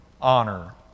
honor